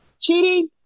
cheating